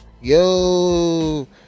Yo